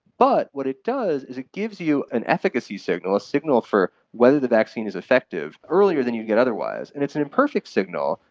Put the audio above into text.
but what it does is it gives you an efficacy signal, a signal for whether the vaccine is effective earlier than you'd get otherwise, and it's an imperfect signal.